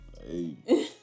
Hey